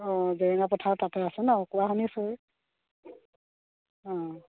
অঁ জেৰেঙা পথাৰৰ তাতে আছে নহ্ কোৱা শুনিছোঁ